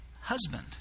husband